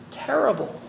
terrible